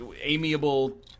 amiable